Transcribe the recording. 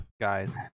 guys